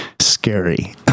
scary